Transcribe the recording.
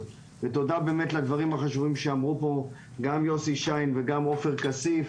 ותודה באמת על כל הדברים החשובים שאמרו פה גם יוסי שיין וגם עופר כסיף,